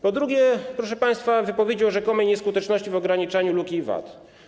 Po drugie, proszę państwa, wypowiedzi o rzekomej nieskuteczności w ograniczaniu luki VAT.